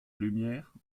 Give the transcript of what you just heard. lumière